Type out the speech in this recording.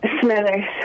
Smithers